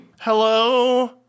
Hello